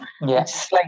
Yes